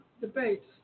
debates